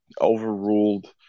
overruled